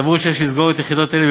סבור שיש לסגור את היחידות האלה,